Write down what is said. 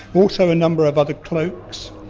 also a number of other cloaks.